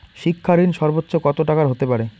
শিক্ষা ঋণ সর্বোচ্চ কত টাকার হতে পারে?